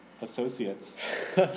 associates